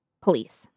police